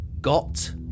Got